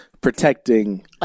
protecting